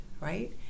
right